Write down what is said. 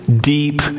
deep